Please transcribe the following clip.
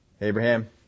Abraham